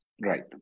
Right